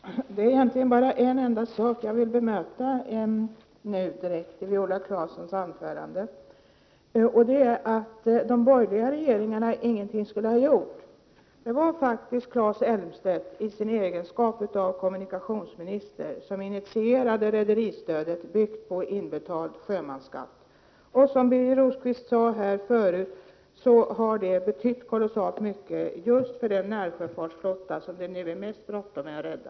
Fru talman! Det är egentligen bara en enda sak jag vill bemöta i Viola Claessons anförande, nämligen att de borgerliga regeringarna ingenting skulle ha gjort. Det var faktiskt Claes Elmstedt som i sin egenskap av kommunikationsminister initierade rederistödet, byggt på inbetald sjömansskatt. Som Birger Rosqvist sade har det betytt kolossalt mycket just för den närsjöfartsflotta som det nu är mest bråttom med att rädda.